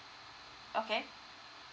okay